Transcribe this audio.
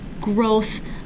growth